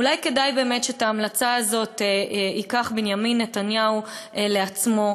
אולי כדאי באמת שאת ההמלצה הזאת ייקח בנימין נתניהו לעצמו,